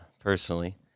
personally